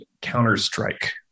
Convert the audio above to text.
Counter-Strike